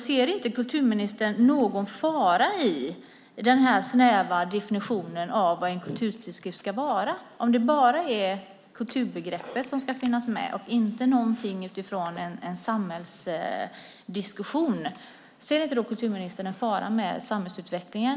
Ser inte kulturministern en fara i den här snäva definitionen av vad en kulturtidskrift är när bara kulturbegreppet ska vara med och inte någon samhällsdiskussion? Kan det inte vara en fara för samhällsutvecklingen?